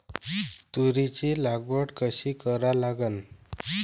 तुरीची लागवड कशी करा लागन?